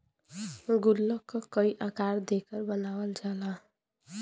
गुल्लक क कई आकार देकर बनावल जाला